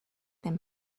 than